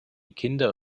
kinder